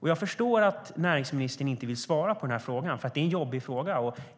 Jag förstår att näringsministern inte vill svara på den här frågan, för det är en jobbig fråga.